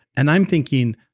and i'm thinking,